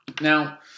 Now